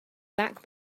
back